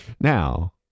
now